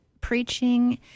preaching